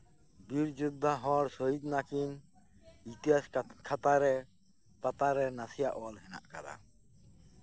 ᱵᱤᱨ ᱡᱳᱫᱽᱫᱷᱟ ᱦᱚᱲ ᱥᱚᱦᱤᱫ ᱱᱟᱹᱠᱤᱱ ᱤᱛᱤᱦᱟᱥ ᱠᱷᱟᱛᱟ ᱨᱮ ᱯᱟᱛᱟ ᱨᱮ ᱱᱟᱥᱮᱭᱟᱜ ᱚᱞ ᱢᱮᱱᱟᱜ ᱟᱠᱟᱫᱟ